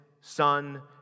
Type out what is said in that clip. son